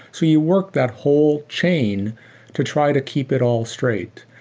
so you work that whole chain to try to keep it all straight.